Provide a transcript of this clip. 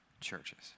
churches